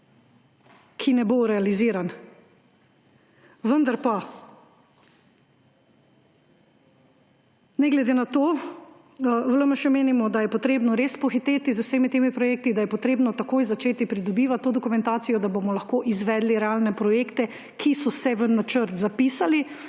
ki ne bodo realizirani. Vendar pa ne glede na to, v LMŠ menimo, da je treba res pohiteti z vsemi temi projekti, da je treba takoj začeti pridobivati to dokumentacijo, da bomo lahko izvedli realne projekte, ki so se v načrt zapisali.